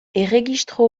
erregistro